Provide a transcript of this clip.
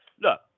Look